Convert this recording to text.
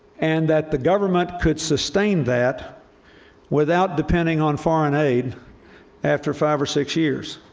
and that the government could sustain that without depending on foreign aid after five or six years.